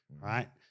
right